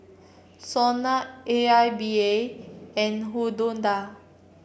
Sona A I B I and Hydundai